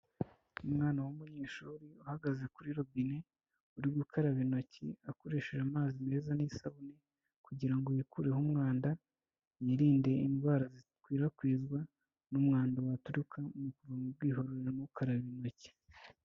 Umwana w'umunyeshuri uhagaze kuri robine, uri gukaraba intoki akoresheje amazi meza n'isabune, kugira ngo yikureho umwanda, yirinde indwara zikwirakwizwa n'umwanda waturuka mu kuva mu bwiherebe ntukarabe intoki.